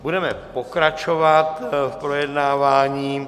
Budeme pokračovat v projednávání.